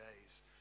days